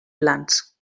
plans